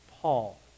Paul